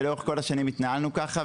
ולאורך כל השנים התנהלנו כך.